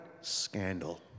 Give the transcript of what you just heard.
scandal